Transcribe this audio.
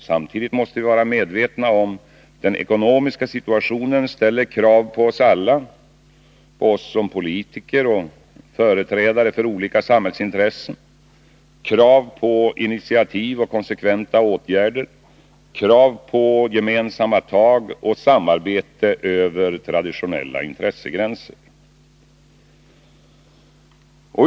Samtidigt måste vi vara medvetna om att den ekonomiska situationen ställer krav på oss alla som politiker och som företrädare för olika samhällsintressen: krav på initiativ och konsekventa åtgärder, krav på gemensamma tag och samarbete över traditionella intressegränser.